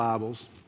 Bibles